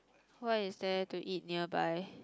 what is there to eat nearby